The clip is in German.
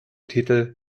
titel